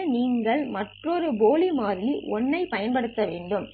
எனவே நீங்கள் மற்றொரு போலி மாறி 1 ஐப் பயன்படுத்த வேண்டும்